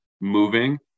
moving